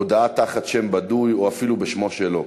הודעה תחת שם בדוי או אפילו בשמו-שלו.